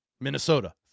Minnesota